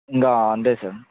ఇంకా అంతే సార్